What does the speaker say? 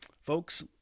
folks